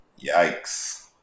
Yikes